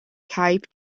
cape